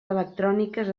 electròniques